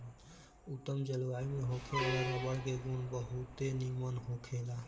उत्तम जलवायु में होखे वाला रबर के गुण बहुते निमन होखेला